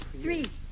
three